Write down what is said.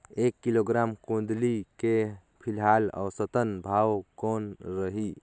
एक किलोग्राम गोंदली के फिलहाल औसतन भाव कौन रही?